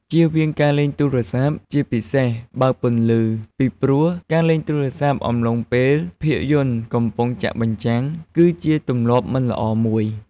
ជៀសវាងការលេងទូរស័ព្ទ ជាពិសេសបើកពន្លឺពីព្រោះ ការលេងទូរស័ព្ទអំឡុងពេលភាពយន្តកំពុងចាក់បញ្ចាំង គឺជាទម្លាប់មិនល្អមួយ។